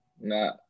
Nah